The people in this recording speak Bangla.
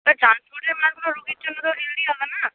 রোগীর জন্য তো হেলদি হবে না